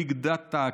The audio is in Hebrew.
הביג-דאטה,